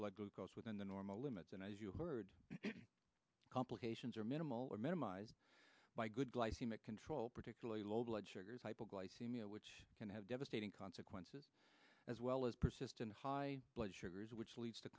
blood glucose within the normal limits and as you heard complications are minimal or minimized by good glycemic control particularly low blood sugars hypoglycemia which can have devastating consequences as well as persistent high blood sugars which leads to